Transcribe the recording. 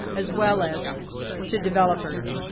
as well as to developers.